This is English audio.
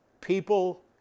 people